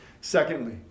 Secondly